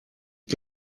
die